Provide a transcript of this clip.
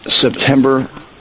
September